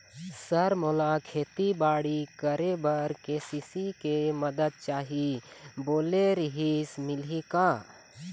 Sir मोला खेतीबाड़ी करेबर के.सी.सी के मंदत चाही बोले रीहिस मिलही का?